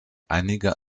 einige